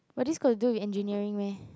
but this got to do with engineering meh